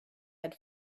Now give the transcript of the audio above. had